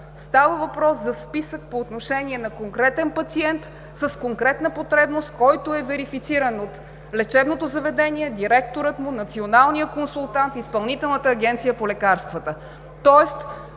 Става въпрос за списък по отношение на конкретен пациент с конкретна потребност, който е верифициран от лечебното заведение – директора му, националния консултант, Изпълнителната агенция по лекарствата,